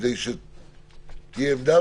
כדי שתהיה עמדה